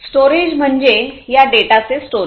storage म्हणजे या डेटाचे स्टोरेज